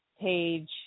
page